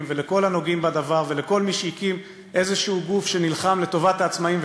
ולכל הנוגעים בדבר ולכל מי שהקים איזשהו גוף שנלחם לטובת העצמאים,